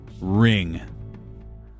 ring